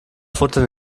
futtern